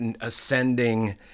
ascending